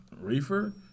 reefer